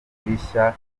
rishya